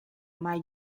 mai